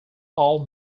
all